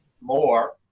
more